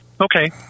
Okay